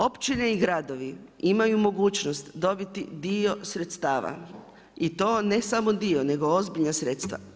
Općine i gradovi imaju mogućnost dobiti dio sredstava i to ne samo dio, nego ozbiljna sredstva.